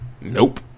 Nope